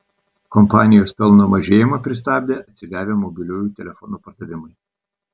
kompanijos pelno mažėjimą pristabdė atsigavę mobiliųjų telefonų pardavimai